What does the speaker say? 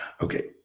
okay